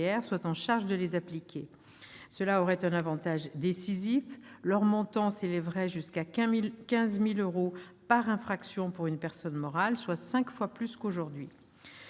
soient en charge de les appliquer. Cela présentera un avantage décisif : leur montant s'élèvera jusqu'à 15 000 euros par infraction pour une personne morale, soit cinq fois plus qu'aujourd'hui.